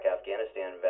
Afghanistan